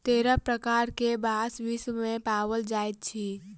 तेरह प्रकार के बांस विश्व मे पाओल जाइत अछि